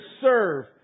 serve